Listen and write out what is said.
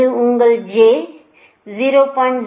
இது உங்கள் j 0